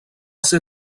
ser